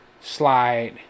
slide